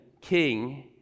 king